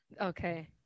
Okay